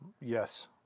Yes